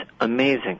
amazing